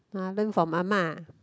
I learn from Ah-Ma